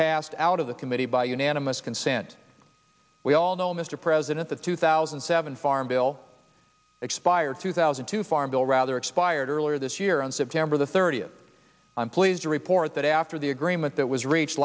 passed out of the committee by unanimous consent we all know mr president the two thousand and seven farm bill expired two thousand to farm bill rather expired earlier this year on september the thirtieth i'm pleased to report that after the agreement that was reach